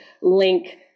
link